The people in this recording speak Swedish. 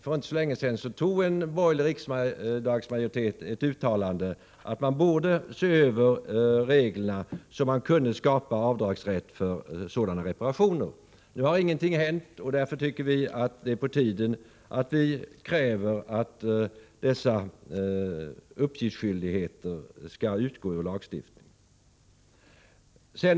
För inte så länge sedan antog en borgerlig riksdagsmajoritet ett uttalande att man borde se över reglerna så att man kunde skapa avdragsrätt för sådana reparationer. Ingenting har hänt, och därför tycker vi att det är på tiden att vi kräver att dessa uppgiftsskyldigheter skall utgå ur lagstiftningen.